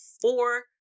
four